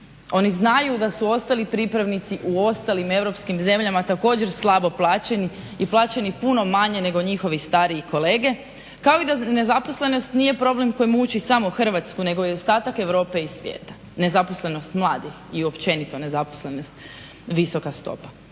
Oni znaju da su ostali pripravnici u ostalim europskim zemljama također slabo plaćeni i plaćeni puno manje nego njihovi stariji kolege kao i da nezaposlenost nije problem koji muči samo Hrvatsku nego i ostatak Europe i svijeta nezaposlenost mladih i općenito nezaposlenost visoka stopa.